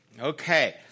Okay